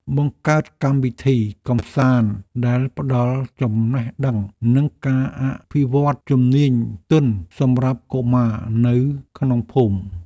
បង្កើតកម្មវិធីកម្សាន្តដែលផ្តល់ចំណេះដឹងនិងការអភិវឌ្ឍជំនាញទន់សម្រាប់កុមារនៅក្នុងភូមិ។